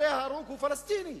הרי ההרוג הוא פלסטיני.